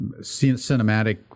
cinematic